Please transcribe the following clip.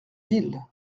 ville